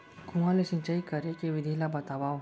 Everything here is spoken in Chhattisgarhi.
कुआं ले सिंचाई करे के विधि ला बतावव?